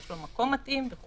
יש לו מקום מתאים וכו'.